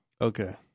Okay